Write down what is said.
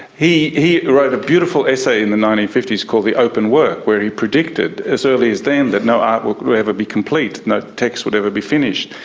he he wrote a beautiful essay in the nineteen fifty s called the open work where he predicted, as early as then, that no art would ever be complete, no text would ever be finished,